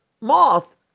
moth